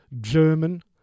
German